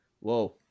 Whoa